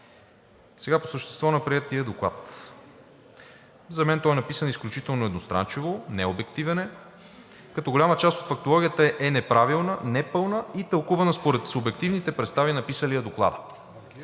Сега по същество на приетия доклад. За мен той е написан изключително едностранчиво, не е обективен, като голяма част от фактологията е неправилна, непълна и тълкувана според субективните представи на написалия Доклада.